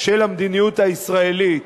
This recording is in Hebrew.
של המדיניות הישראלית.